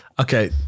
Okay